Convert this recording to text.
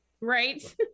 Right